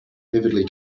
vividly